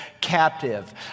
captive